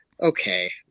Okay